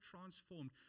transformed